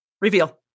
Reveal